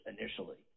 initially